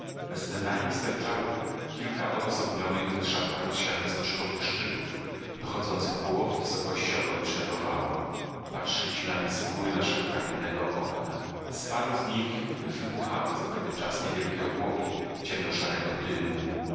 jej sterczało kilka odosobnionych z rzadka rozsianych stożkowych szczytów dochodzących połowy wysokości okolicznego wału patrzyliśmy na nie z góry naszego kamiennego okna z paru z nich wybuchały co pewien czas niewielkie obłoki ciemno szarego dymu